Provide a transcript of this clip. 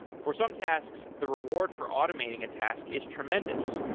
for some tasks, the reward for automating a task is tremendous.